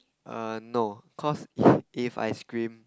err no cause if I scream